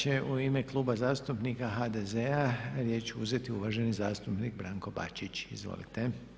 Sada će u ime Kluba zastupnika HDZ-a riječ uzeti uvaženi zastupnik Branko Bačić, izvolite.